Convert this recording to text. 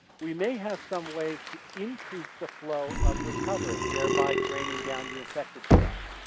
we may have some ways to increase the flow of recovering thereby draining down the infected stock.